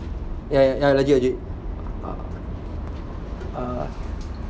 ya legit legit err